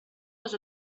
les